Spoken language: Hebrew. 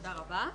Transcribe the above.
תודה רבה.